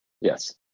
Yes